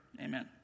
Amen